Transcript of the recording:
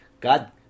God